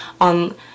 on